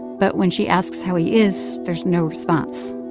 but when she asks how he is, there's no response.